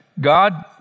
God